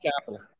capital